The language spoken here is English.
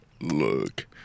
Look